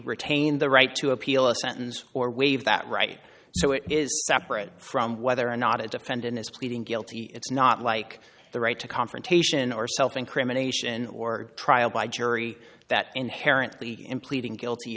retain the right to appeal a sentence or waive that right so it is separate from whether or not a defendant is pleading guilty it's not like the right to confrontation or self incrimination or trial by jury that inherently in pleading guilty